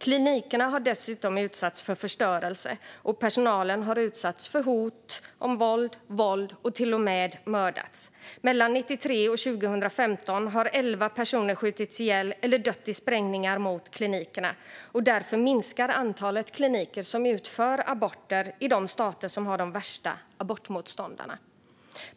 Klinikerna har dessutom utsatts för förstörelse, och personal har utsatts för hot om våld och våld och till och med mördats. Mellan 1993 och 2015 sköts elva personer ihjäl eller dog i sprängningar mot klinikerna. Därför minskar också antalet kliniker som utför aborter i de stater som har de värsta abortmotståndarna.